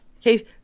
Okay